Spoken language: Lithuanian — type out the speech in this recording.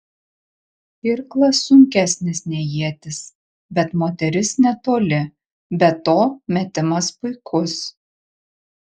irklas sunkesnis nei ietis bet moteris netoli be to metimas puikus